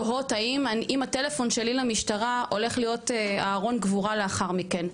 תוהות האם הטלפון שלי למשטרה הולך להיות ארון קבורה לאחר מכן.